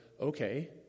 Okay